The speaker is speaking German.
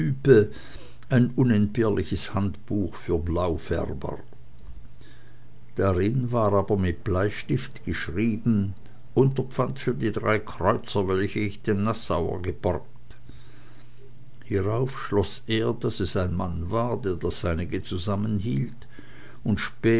ein unentbehrliches handbuch für blaufärber darin war aber mit bleistift geschrieben unterfand für die drei kreuzer welche ich dem nassauer geborgt hieraus schloß er daß es ein mann war der das seinige zusammenhielt und